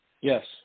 Yes